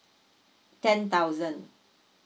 ten thousand